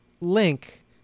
link